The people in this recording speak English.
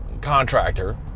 contractor